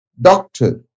doctor